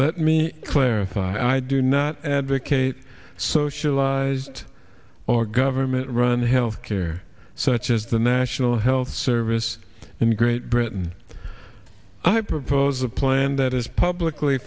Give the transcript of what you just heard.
let me clarify i do not advocate socialized or government run health care such as the national health service in great britain i propose a plan that is publicly